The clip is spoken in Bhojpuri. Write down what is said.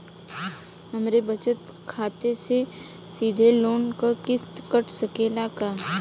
हमरे बचत खाते से सीधे लोन क किस्त कट सकेला का?